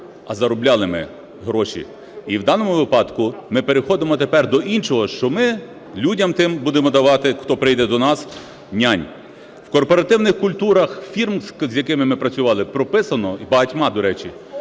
а заробляли ми гроші. І в даному випадку ми переходимо тепер до іншого, що ми людям тим будемо давати, хто прийде до нас, "нянь". В корпоративних культурах фірм, з якими ми працювали, прописано, і багатьма, до речі,